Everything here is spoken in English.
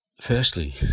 Firstly